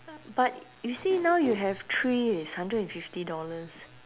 but you see now you have three is hundred and fifty dollars